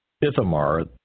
Ithamar